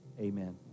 amen